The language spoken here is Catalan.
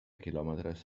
quilòmetres